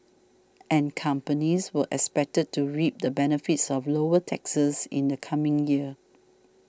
and companies were expected to reap the benefits of lower taxes in the coming year